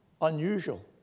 unusual